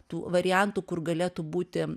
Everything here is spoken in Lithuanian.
tų variantų kur galėtų būti